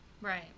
Right